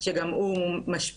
שגם הוא משפיע.